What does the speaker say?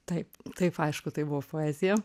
taip taip aišku tai buvo poezija